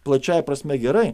plačiąja prasme gerai